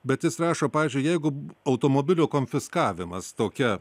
bet jis rašo pavyzdžiui jeigu automobilio konfiskavimas tokia